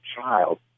child